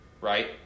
right